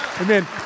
Amen